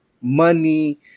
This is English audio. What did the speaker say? money